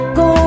go